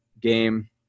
game